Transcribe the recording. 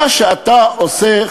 מה שאתה עושה,